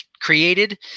created